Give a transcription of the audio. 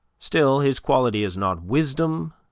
still, his quality is not wisdom,